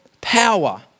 power